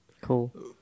Cool